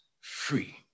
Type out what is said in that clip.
free